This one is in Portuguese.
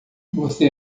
você